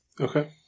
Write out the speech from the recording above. Okay